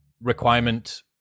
requirement